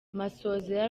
masozera